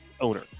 owner